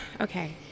Okay